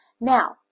Now